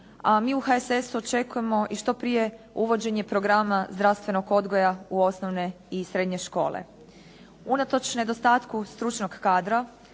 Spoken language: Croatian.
a mi u HSS-u očekujemo i što prije uvođenje programa zdravstvenog odgoja u osnovne i srednje škole. Unatoč nedostatku stručnog kadra